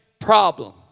problem